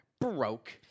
Broke